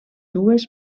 dues